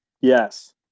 Yes